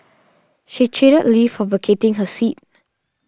she chided Lee for vacating her seat